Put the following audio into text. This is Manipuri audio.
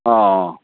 ꯑꯣ